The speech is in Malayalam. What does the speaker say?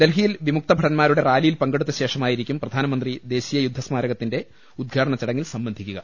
ഡൽഹിയിൽ വിമുക്തഭടൻമാരുടെ റാലിയിൽ പങ്കെടുത്ത ശേഷമായിരിക്കും പ്രധാനമന്ത്രി ദേശീയ യുദ്ധ സ്മാരകത്തിന്റെ ഉദ്ഘാടന ചടങ്ങിൽ സംബന്ധിക്കുക